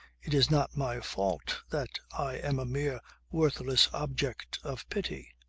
it is not my fault that i am a mere worthless object of pity.